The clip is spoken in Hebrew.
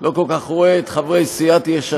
לא כל כך רואה את חברי סיעת יש עתיד,